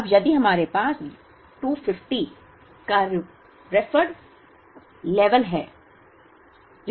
अब यदि हमारे पास 250 का रिफ़रर्ड लेवल है